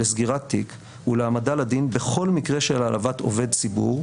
לסגירת תיק ולהעמדה לדין בכל מקרה של העלבת עובד ציבור,